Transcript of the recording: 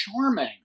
charming